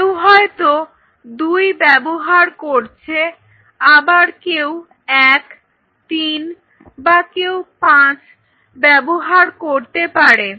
কেউ হয়তো দুই ব্যবহার করছে আবার কেউ এক তিন বা কেউ পাঁচ ব্যবহার করতে পারে